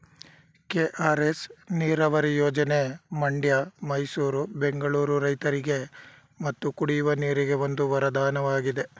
KRS ನೀರವರಿ ಯೋಜನೆ ಮಂಡ್ಯ ಮೈಸೂರು ಬೆಂಗಳೂರು ರೈತರಿಗೆ ಮತ್ತು ಕುಡಿಯುವ ನೀರಿಗೆ ಒಂದು ವರದಾನವಾಗಿದೆ